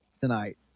tonight